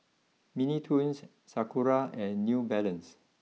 Mini Toons Sakura and new Balance